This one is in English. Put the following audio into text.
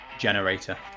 generator